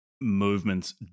movements